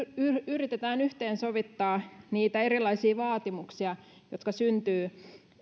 yritetään yhteensovittaa niitä erilaisia vaatimuksia jotka syntyvät